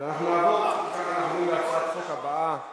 אנחנו נעבור להצעת החוק הבאה,